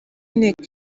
inteko